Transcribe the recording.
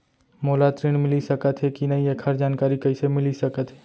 मोला ऋण मिलिस सकत हे कि नई एखर जानकारी कइसे मिलिस सकत हे?